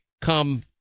come